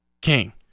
King